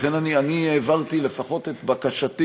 לכן אני העברתי לפחות את בקשתי